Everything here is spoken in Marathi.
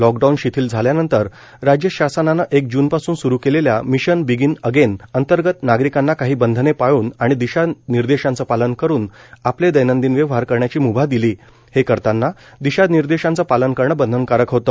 लॉकडाऊन शिथील झाल्यानंतर राज्य शासनानं एक जूनपासून सुरू केलेल्या मिशन बिगीन अगेन अंतर्गत नागरिकांना काही बंधने पाळून आणि दिशानिर्देशांचं पालन करून आपले दैनंदिन व्यवहार करण्याची म्भा दिली हे करताना दिशानिर्देशांचं पालन करण बंधनकारक होत